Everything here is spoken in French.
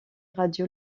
radio